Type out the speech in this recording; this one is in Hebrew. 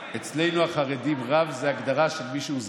אצלנו החרדים, "רב" זה הגדרה של מי שהוא זכר.